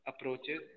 approaches